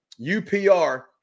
UPR